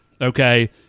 Okay